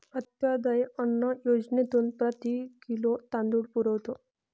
अंत्योदय अन्न योजनेतून प्रति किलो तांदूळ पुरवतो